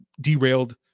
derailed